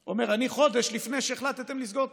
ואומר: חודש לפני שהחלטתם לסגור את